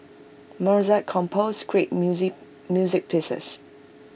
Mozart composed great music music pieces